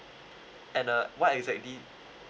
and uh what exactly